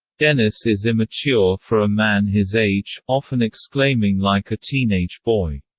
dennis is immature for a man his age, often exclaiming like a teenage boy.